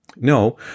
No